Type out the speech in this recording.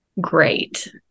great